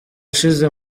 ushize